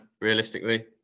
realistically